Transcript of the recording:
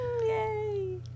Yay